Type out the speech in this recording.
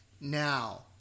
Now